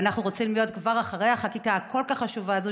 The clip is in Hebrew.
ואנחנו רוצים להיות אחרי החקיקה החשובה הזאת,